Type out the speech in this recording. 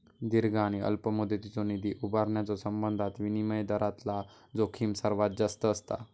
दीर्घ आणि अल्प मुदतीचो निधी उभारण्याच्यो संबंधात विनिमय दरातला जोखीम सर्वात जास्त असता